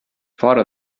fora